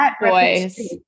boys